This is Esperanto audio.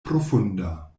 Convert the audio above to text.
profunda